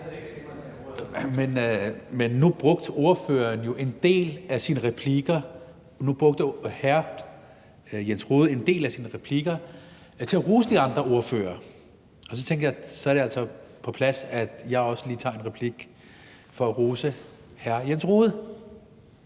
men nu brugte hr. Jens Rohde en del af sine replikker til at rose de andre ordførere, og så tænkte jeg, at det altså var på sin plads, at jeg også lige tager en replik for at rose hr. Jens Rohde.